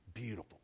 beautiful